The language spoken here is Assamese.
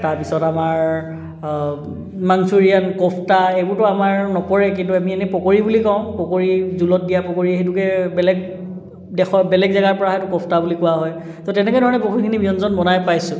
তাৰপিছত আমাৰ মাঞ্চুৰিয়ান কোফ্টা এইবোৰতো আমাৰ নপৰেই কিন্তু আমি এনেই পকৰি বুলি কওঁ পকৰি জোলত দিয়া পকৰি সেইটোকে বেলেগ দেশৰ বেলেগ জেগাৰ পৰা অহাটো কোফ্টা বুলি কোৱা হয় তো তেনেকৈ ধৰণে বহুখিনি ব্যঞ্জন বনাই পাইছোঁ